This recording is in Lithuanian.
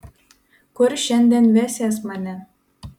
kur šiandien vesies mane